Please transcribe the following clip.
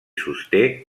sosté